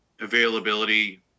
availability